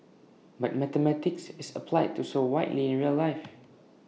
but mathematics is applied so widely in real life